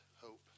hope